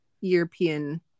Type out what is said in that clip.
European